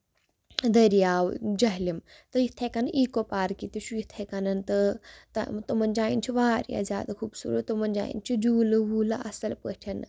دریاو جہلِم تہٕ یِتھٕے کَنۍ ایٖکو پارکہِ تہِ چھُ اِتھٕے کَنۍ تہٕ تِمن جاین چھُ واریاہ زیادٕ خوٗبصوٗرت تِمَن جاین چھُ جوٗلہٕ ووٗلہٕ اَصٕل پٲٹھۍ